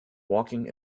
walking